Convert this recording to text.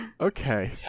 okay